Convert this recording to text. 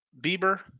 Bieber